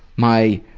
my